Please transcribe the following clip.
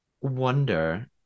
wonder